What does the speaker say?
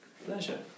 pleasure